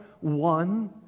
one